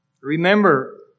Remember